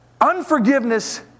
Unforgiveness